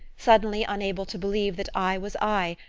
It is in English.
suddenly unable to believe that i was i,